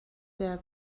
sehr